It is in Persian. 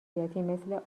مثل